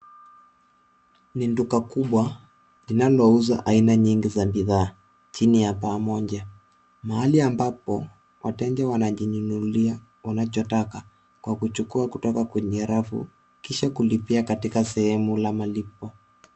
Ni duka kubwa linalouza aina nyingi za bidhaa chini ya paa moja. Mahali ambapo wateja wanajinunulia wanachotaka kwa kuchukua kutoka kwenye rafu kisha kulipia katika sehemu la malipo.